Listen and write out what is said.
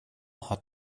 hat